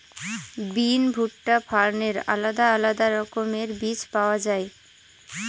বিন, ভুট্টা, ফার্নের আলাদা আলাদা রকমের বীজ পাওয়া যায়